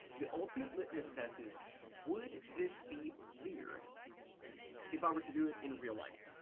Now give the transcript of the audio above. the ultimate litmus test is would this be weird if i were to do it in real life.